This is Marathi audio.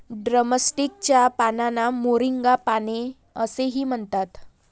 ड्रमस्टिक च्या पानांना मोरिंगा पाने असेही म्हणतात